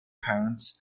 parents